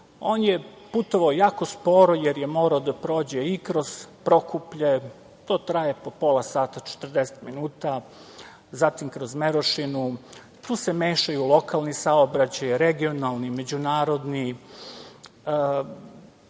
on je putovao jako sporo, jer je morao da prođe i kroz Prokuplje, to traje po pola sata, 40 minuta, zatim kroz Merošinu. Tu se mešaju lokalni saobraćaj, regionalni, međunarodni.